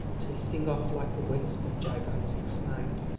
twisting off like a wisp of gigantic snipe,